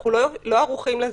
אנחנו לא ערוכים לזה.